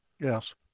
Yes